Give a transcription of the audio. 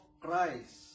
Christ